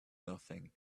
nothing